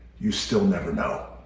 you still never know.